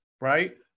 right